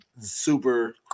super